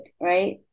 right